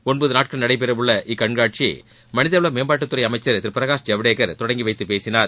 ஒன்பது நாட்கள் நடைபெறவுள்ள இக்கண்காட்சியை மனிதவள மேம்பாட்டுத்துறை அமைச்சர் திரு பிரகாஷ் ஜவடேகர் தொடங்கி வைத்துப் பேசினார்